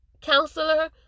counselor